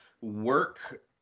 work